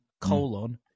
colon